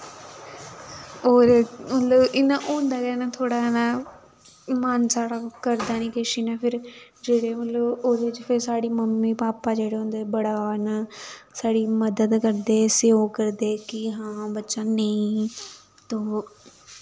होर मतलब इ'यां होंदा गै ना थोह्ड़ा इ'यां मन साढ़ा करदा निे किश इ'यां फिर जेल्लै मतलब ओह्दे च मम्मी पापा जेह्ड़े होंदे बड़े ओह् न साढ़ी मदद करदे असेंगी ओह् करदे कि हां बच्चा नेईं तूं